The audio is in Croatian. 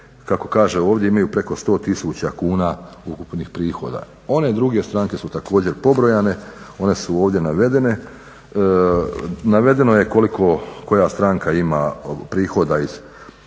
kako kaže ovdje imaju preko 100 tisuća kuna ukupnih prihoda. One druge stranke su također pobrojane, one su ovdje navedene. Navedeno je koliko koja stranka ima prihoda iz